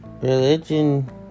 religion